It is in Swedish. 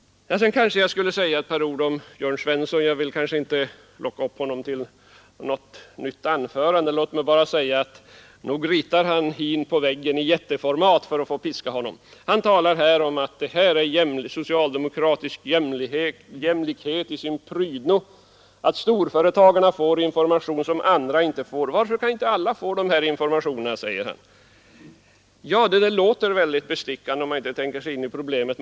Jag skulle kanske säga ett par ord till Jörn Svensson, även om jag inte vill locka upp honom till något nytt anförande. Låt mig bara säga att nog ritar han hin på väggen i jätteformat för att få piska honom. Han talar här om att detta är socialdemokratisk jämlikhet i sin prydno, att storföretagarna får information som andra inte får, och han frågar: Varför kan inte alla få de här informationerna? Ja, det där låter väldigt bestickande, om man inte tänker sig in i problemet.